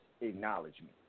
acknowledgement